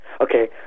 Okay